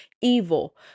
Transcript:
evil